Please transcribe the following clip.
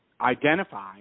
identify